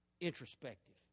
introspective